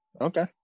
Okay